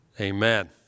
Amen